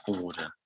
order